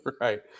right